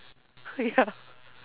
ya